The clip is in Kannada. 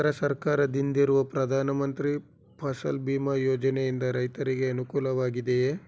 ಕೇಂದ್ರ ಸರ್ಕಾರದಿಂದಿರುವ ಪ್ರಧಾನ ಮಂತ್ರಿ ಫಸಲ್ ಭೀಮ್ ಯೋಜನೆಯಿಂದ ರೈತರಿಗೆ ಅನುಕೂಲವಾಗಿದೆಯೇ?